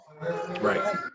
Right